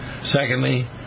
Secondly